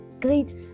great